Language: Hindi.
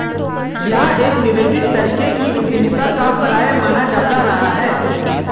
यह एक निवेदित तरीके की उद्यमिता का पर्याय माना जाता रहा है